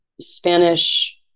Spanish